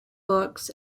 books